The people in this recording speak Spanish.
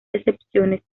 excepciones